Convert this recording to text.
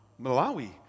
Malawi